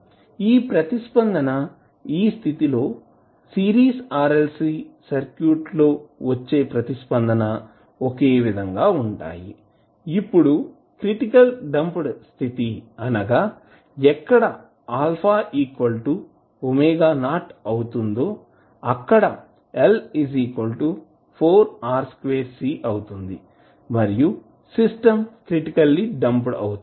ఈ ప్రతిస్పందన ఈ స్థితి లో సిరీస్ RLC సర్క్యూట్ వచ్చే ప్రతిస్పందన ఒకే విధంగా ఉంటాయి ఇప్పుడు క్రిటికల్లి డాంప్డ్ స్థితి అనగా ఎక్కడ α ⍵0 అవుతుందో అక్కడ L 4R2C system critically damped అవుతుంది